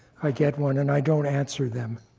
i get one. and i don't answer them.